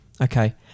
Okay